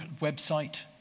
website